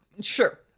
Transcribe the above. Sure